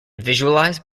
visualized